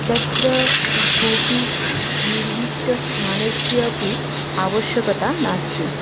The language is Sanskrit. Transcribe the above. तत्र कोपि निर्दिष्टस्थानस्यापि आवश्यकता नास्ति